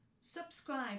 Subscribe